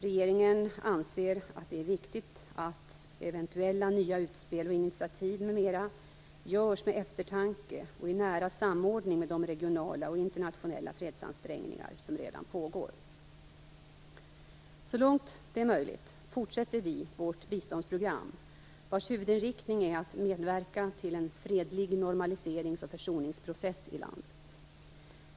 Regeringen anser att det är viktigt att eventuella nya utspel och initiativ m.m. görs med eftertanke och i nära samordning med de regionala och internationella fredsansträngningar som redan pågår. Så långt det är möjligt fortsätter vi vårt biståndsprogram, vars huvudinriktning är att medverka till en fredlig normaliserings och försoningsprocess i landet.